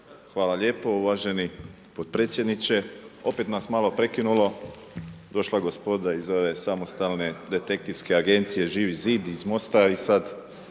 Hvala lijepo uvaženi potpredsjedniče. Opet nas malo prekinulo, došla gospoda iz ove samostalne detektivske agencije Živi zid i iz MOST-a i sad